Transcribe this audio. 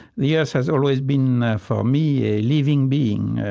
the earth has always been, for me, a living being,